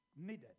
needed